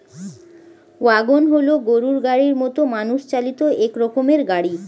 wagon হল গরুর গাড়ির মতো মানুষ চালিত এক রকমের গাড়ি